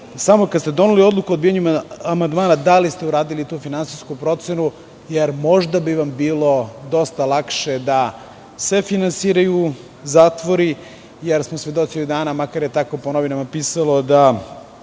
samo, kada ste doneli odluku o odbijanju amandmana, da li ste uradili tu finansijsku procenu? Jer, možda bi vam bilo dosta lakše da sve finansiraju zatvori, jer smo svedoci ovih dana, makar je tako po novinama pisalo, da